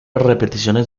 repeticiones